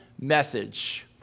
message